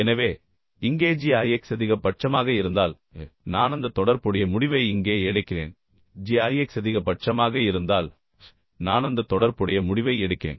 எனவே இங்கே g i x அதிகபட்சமாக இருந்தால் நான் அந்த தொடர்புடைய முடிவை இங்கே எடுக்கிறேன் g i x அதிகபட்சமாக இருந்தால் நான் அந்த தொடர்புடைய முடிவை எடுக்கிறேன்